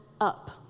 up